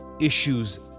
issues